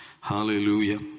Hallelujah